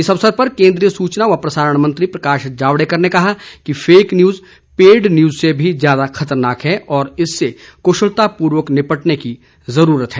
इस अवसर पर केन्द्रीय सूचना व प्रसारण मंत्री प्रकाश जावड़ेकर ने कहा कि फेक न्यूज पेड न्यूज से भी ज्यादा खतरनाक है और इससे कुशलतापूर्वक निपटने की ज़रूरत है